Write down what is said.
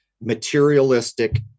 materialistic